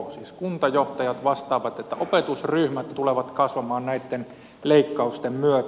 siis kuntajohtajat vastaavat että opetusryhmät tulevat kasvamaan näitten leikkausten myötä